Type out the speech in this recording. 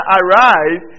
arrive